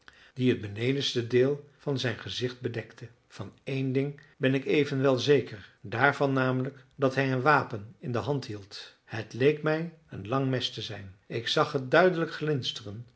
die het benedenste deel van zijn gezicht bedekte van één ding ben ik evenwel zeker daarvan namelijk dat hij een wapen in de hand hield het leek mij een lang mes te zijn ik zag het duidelijk glinsteren